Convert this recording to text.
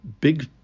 big